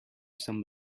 some